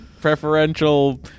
preferential